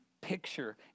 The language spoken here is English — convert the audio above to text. picture